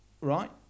Right